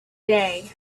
day